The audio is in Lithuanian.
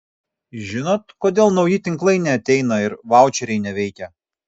žinot kodėl nauji tinklai neateina ir vaučeriai neveikia